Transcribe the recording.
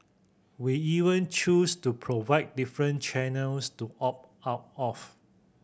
we even choose to provide different channels to opt out of